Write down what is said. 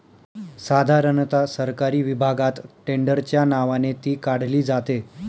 साधारणता सरकारी विभागात टेंडरच्या नावाने ती काढली जाते